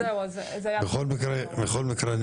בכל מקרה,